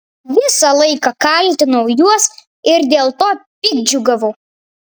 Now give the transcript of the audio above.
visą laiką kaltinau juos ir dėl to piktdžiugiavau